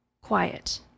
quiet